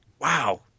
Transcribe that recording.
Wow